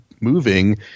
moving –